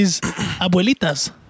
Abuelitas